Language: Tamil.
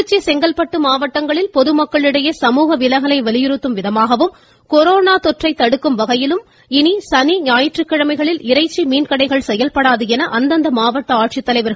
திருச்சி திருச்சி மாவட்டத்தில் பொதுமக்களிடையே சமூக விலகலை வலியுறுத்தும் விதமாகவும் கொரோனா நோய் தொற்றை தடுக்கும் வகையிலும் இனி சனி ஞாயிற்றுக்கிழமைகளில் இறைச்சி மீன் கடைகள் செயல்படாது என மாவட்ட ஆட்சித்தலைவர் திரு